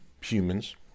humans